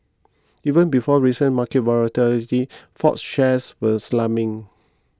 even before recent market volatility Ford's shares were slumping